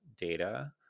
data